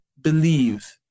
believe